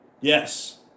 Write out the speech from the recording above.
Yes